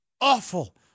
awful